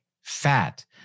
fat